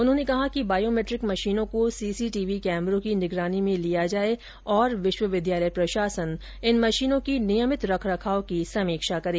उन्होंने कहा कि बायोमैट्रिक मशीनों को सीसीटीवी कैमरों की निगरानी में लिया जावे और विश्वविद्यालय प्रशासन इन मशीनों की नियमित रख रखाव की समीक्षा करे